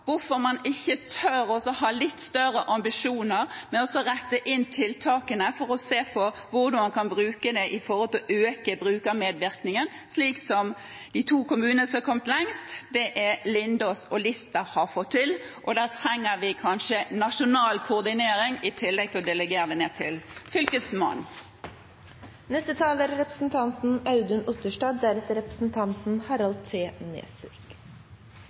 man ikke tør å ha litt større ambisjoner med å rette inn tiltakene for å se på hvordan man kan bruke dem når det gjelder å øke brukermedvirkningen, slik som de to kommunene som har kommet lengst, Lindås og Lista, har fått til. Der trenger vi kanskje nasjonal koordinering i tillegg til å delegere det ned til Fylkesmannen.